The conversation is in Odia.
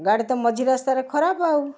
ଗାଡ଼ି ତ ମଝି ରାସ୍ତାରେ ଖରାପ ଆଉ